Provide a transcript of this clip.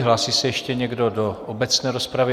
Hlásí se ještě někdo do obecné rozpravy?